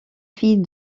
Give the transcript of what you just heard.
fille